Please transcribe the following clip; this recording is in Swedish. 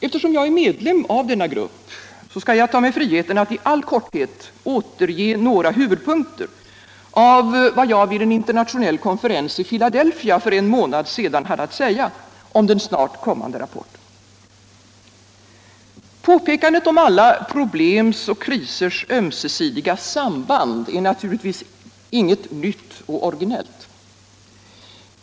Eftersom jag är medlem av denna grupp skall jag ta mig friheten att i all korthet återge några huvudpunkter av vad jag vid en internationell konferans i Philadelphia för en månad sedan hade att säga om den snart kommande rapporten. Påpekandet om alla problems och krisers ömsesidiga samband är naturligtvis inget nytt och originellt.